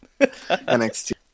NXT